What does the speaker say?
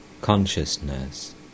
consciousness